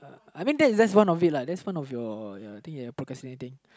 I mean that is that's one of it lah that is one your your thing you're procrastinating